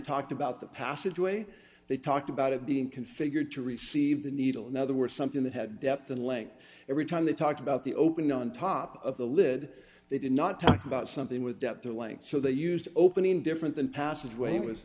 talked about the passage way they talked about it being configured to receive the needle in other words something that had depth and length every time they talked about the open on top of the lid they did not talk about something with depth or length so they used opening different than passage when it was